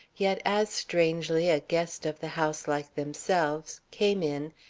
yet as strangely a guest of the house like themselves, came in,